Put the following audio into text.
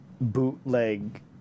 bootleg